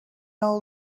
old